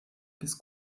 bis